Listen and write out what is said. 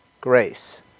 grace